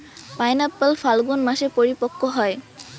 pineapple Phalgun মাসে পরিপক্ব হয়